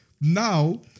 now